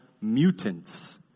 mutants